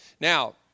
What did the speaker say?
Now